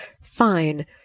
Fine